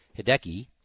Hideki